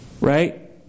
Right